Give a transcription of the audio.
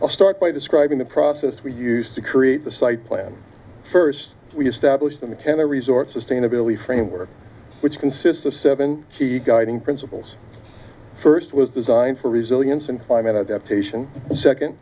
i'll start by describing the process we used to create the site plan first we established in the tender resort sustainability framework which consists of seven she guiding principles first was designed for resilience and climate adaptation second